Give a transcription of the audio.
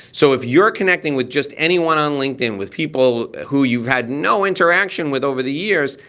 so if you're connecting with just anyone on linkedin with people who you've had no interaction with over the years,